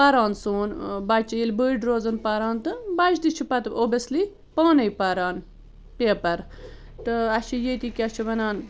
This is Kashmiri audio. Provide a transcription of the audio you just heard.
پَران سون بَچہٕ ییٚلہِ بٔڑۍ روزان پَران تہٕ بچہٕ تہِ چھُ پتہٕ اوبٮ۪سلی پانَے پَران پیپر تہٕ اَسہِ چھِ ییٚتی کیٛاہ چھِ وَنان